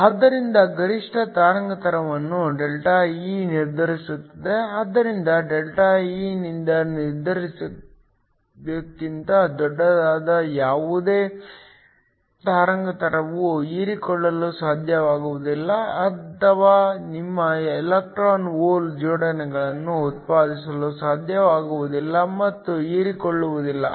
ಆದ್ದರಿಂದ ಗರಿಷ್ಠ ತರಂಗಾಂತರವನ್ನು ΔE ನಿರ್ಧರಿಸುತ್ತದೆ ಆದ್ದರಿಂದ ΔE ನಿಂದ ನಿರ್ಧರಿಸಿದಕ್ಕಿಂತ ದೊಡ್ಡದಾದ ಯಾವುದೇ ತರಂಗಾಂತರವು ಹೀರಿಕೊಳ್ಳಲು ಸಾಧ್ಯವಾಗುವುದಿಲ್ಲ ಅಥವಾ ನಿಮ್ಮ ಎಲೆಕ್ಟ್ರಾನ್ ಹೋಲ್ ಜೋಡಿಗಳನ್ನು ಉತ್ಪಾದಿಸಲು ಸಾಧ್ಯವಾಗುವುದಿಲ್ಲ ಮತ್ತು ಹೀರಿಕೊಳ್ಳುವುದಿಲ್ಲ